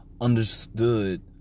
understood